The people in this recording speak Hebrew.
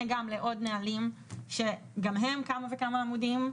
גם לעוד נהלים שגם הם כמה וכמה עמודים,